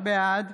בעד